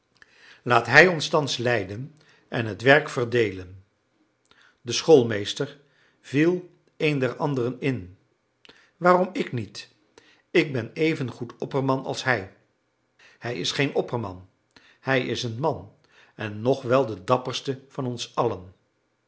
laat hij ons thans leiden en het werk verdeelen de schoolmeester viel een der anderen in waarom ik niet ik ben even goed opperman als hij hij is geen opperman hij is een man en nog wel de dapperste van ons allen